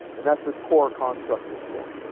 and that is the core construct of silk.